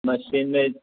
machine में